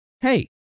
hey